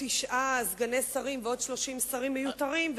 תשעה סגני שרים ועוד 30 שרים מיותרים,